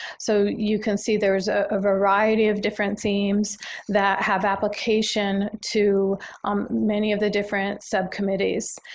so you can see there's a variety of different themes that have application to many of the different subcommittees.